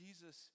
Jesus